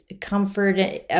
comfort